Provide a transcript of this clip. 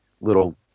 little